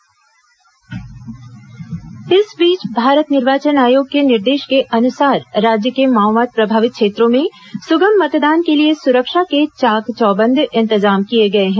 मतदान दल रवाना इस बीच भारत निर्वाचन आयोग के निर्देश के अनुसार राज्य के माओवाद प्रभावित क्षेत्रों में सुगम मतदान के लिए सुरक्षा के चाक चौबंद इंतजाम किए गए हैं